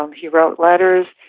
um he wrote letters.